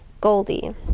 Goldie